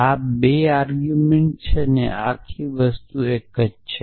આ આ 2 આર્ગુમેંટ છે આ આખી વસ્તુ એક વસ્તુ છે